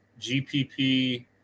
GPP